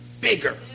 bigger